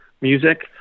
music